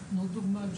תנו דוגמה.